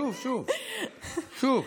שוב, שוב.